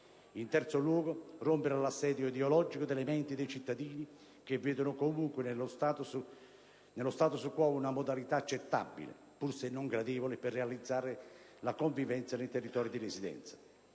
In terzo luogo, bisogna rompere l'assedio ideologico delle menti dei cittadini che vedono comunque nello *status quo* una modalità accettabile, pur se non gradevole, per realizzare la convivenza nei territori di residenza.